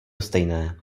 stejné